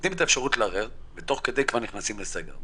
נותנים את האפשרות לערער ותוך כדי כבר נכנסים לסגר.